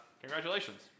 congratulations